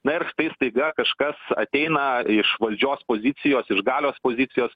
na ir štai staiga kažkas ateina iš valdžios pozicijos iš galios pozicijos